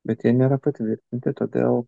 bet jie nėra patvirtinti todėl